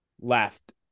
left